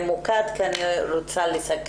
להתמקד ככל הניתן כי אני רוצה לסכם.